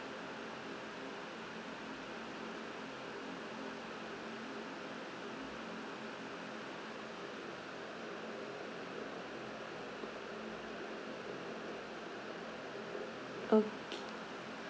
okay